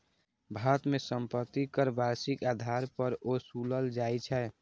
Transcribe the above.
भारत मे संपत्ति कर वार्षिक आधार पर ओसूलल जाइ छै